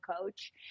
coach